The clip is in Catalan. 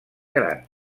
gran